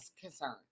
concerned